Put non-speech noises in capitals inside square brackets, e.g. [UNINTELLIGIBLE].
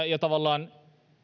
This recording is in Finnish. [UNINTELLIGIBLE] ja